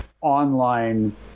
online